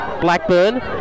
Blackburn